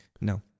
No